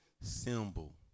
symbol